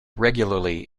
regularly